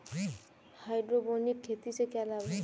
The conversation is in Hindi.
हाइड्रोपोनिक खेती से क्या लाभ हैं?